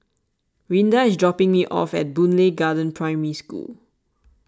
Rinda is dropping me off at Boon Lay Garden Primary School